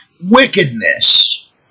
wickedness